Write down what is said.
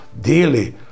daily